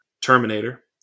Terminator